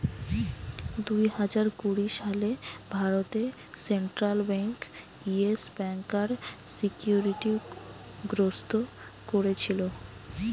দুই হাজার কুড়ি সালে ভারতে সেন্ট্রাল বেঙ্ক ইয়েস ব্যাংকার সিকিউরিটি গ্রস্ত কোরেছিল